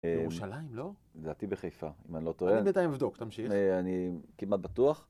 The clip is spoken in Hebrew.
ירושלים, לא? לדעתי בחיפה, אם אני לא טועה. אני בינתיים אבדוק, תמשיך. אני כמעט בטוח.